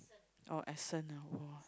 oh essence ah !wah!